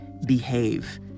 behave